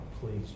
please